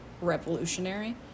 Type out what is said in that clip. revolutionary